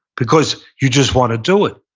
because you just want to do it,